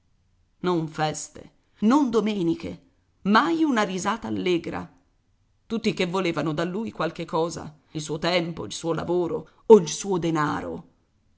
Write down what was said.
non feste non domeniche mai una risata allegra tutti che volevano da lui qualche cosa il suo tempo il suo lavoro o il suo denaro